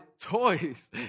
toys